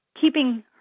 keeping